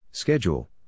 Schedule